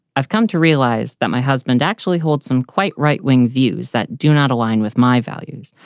i've come to realize that my husband actually hold some quite right wing views that do not align with my values.